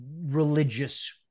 religious